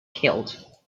killed